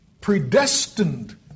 predestined